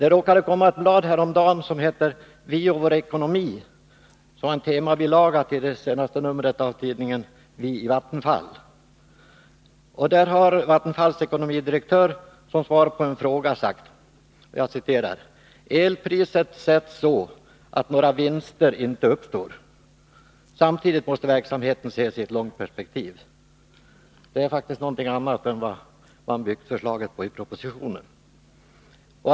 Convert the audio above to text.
Häromdagen läste jag en temabilaga till det senaste numret av tidningen Vi i Vattenfall som hette Vi och vår ekonomi. I den säger Vattenfalls ekonomidirektör som svar på en fråga: ”Elpriset sätts så att några vinster inte uppstår. Samtidigt måste verksamheten ses i ett långt perspektiv.” Detta är någonting annat än det man byggt förslaget i propositionen på.